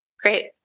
Great